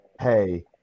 hey